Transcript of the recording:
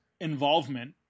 involvement